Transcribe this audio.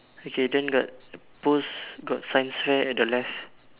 okay then the post got science fair at the left